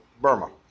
Burma